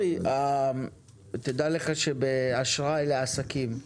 אורי, תדע לך שבאשראי לעסקים,